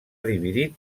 dividit